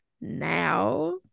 now